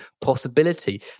possibility